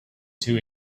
two